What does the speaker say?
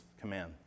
command